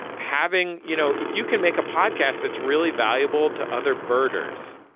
having you know if you can make a podcast that's really valuable to other birders.